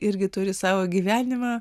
irgi turi savo gyvenimą